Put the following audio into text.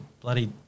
bloody